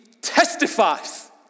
testifies